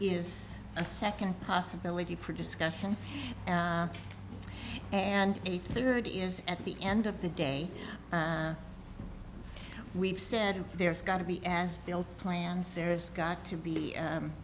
is a second possibility for discussion and a third is at the end of the day we've said there's got to be as built plans there's got to be